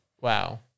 Wow